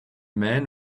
man